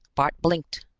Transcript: bart blinked.